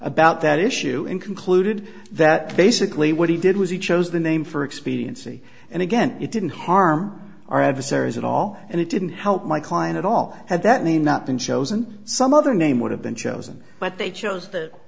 about that issue and concluded that basically what he did was he chose the name for expediency and again it didn't harm our adversaries at all and it didn't help my client at all had that name not been chosen some other name would have been chosen but they chose th